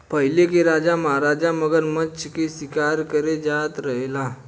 पहिले के राजा महाराजा मगरमच्छ के शिकार करे जात रहे लो